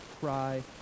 cry